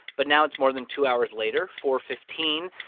but now it's more than two hours later, four fifteen.